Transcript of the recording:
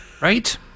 Right